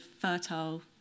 fertile